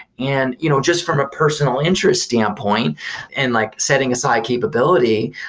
and you know just from a personal interest standpoint and like setting aside capability,